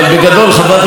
חברת הכנסת זנדברג,